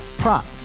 prop